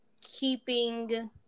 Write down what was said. keeping